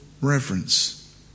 reverence